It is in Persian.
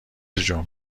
جون